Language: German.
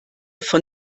von